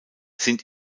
sind